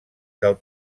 del